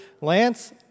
Lance